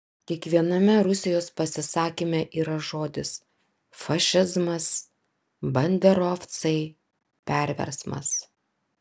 kiekviename rusijos pasisakyme yra žodis fašizmas banderovcai perversmas